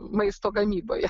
maisto gamyboje